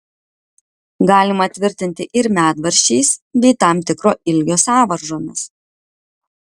galima tvirtinti ir medvaržčiais bei tam tikro ilgio sąvaržomis